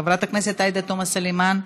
חברת הכנסת עאידה תומא סלימאן,